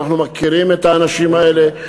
ואנחנו מכירים את האנשים האלה,